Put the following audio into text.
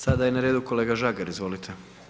Sada je na redu kolega Žagar, izvolite.